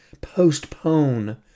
postpone